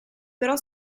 però